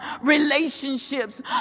relationships